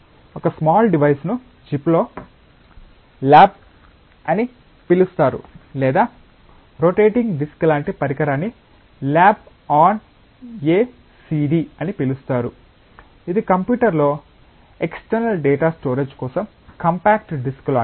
కాబట్టి ఒక small devices ను చిప్లో ల్యాబ్ అని పిలుస్తారు లేదా రొటేటింగ్ డిస్క్ లాంటి పరికరాన్ని ల్యాబ్ ఆన్ ఎ సిడి అని పిలుస్తారు ఇది కంప్యూటర్లో ఎక్స్టర్నల్ డేటా స్టోరేజ్ కోసం కాంపాక్ట్ డిస్క్ లాంటిది